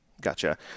Gotcha